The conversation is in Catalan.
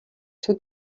seu